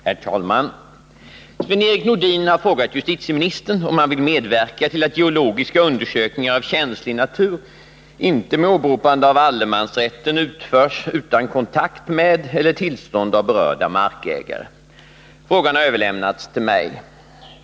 Herr talman! Sven-Erik Nordin har frågat justitieministern om han vill medverka till att geologiska undersökningar av känslig natur inte med åberopande av allemansrätten utförs utan kontakt med eller tillstånd av berörda markägare. Frågan har överlämnats till mig.